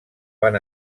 van